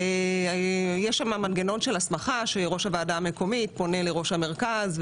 יש שם מנגנון של הסמכה שראש הוועדה המקומית פונה לראש המרכז,